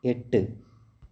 എട്ട്